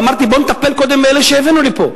אמרתי שנטפל קודם באלה שהבאנו לפה,